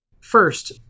First